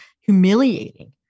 humiliating